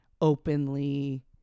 openly